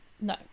No